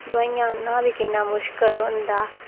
दुआइयें दा नांऽ बी किन्ना मुश्कल होंदा